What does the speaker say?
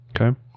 Okay